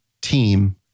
team